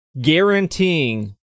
guaranteeing